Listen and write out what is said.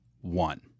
one